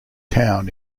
town